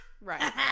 Right